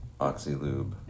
Oxylube